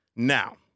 Now